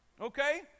Okay